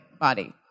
body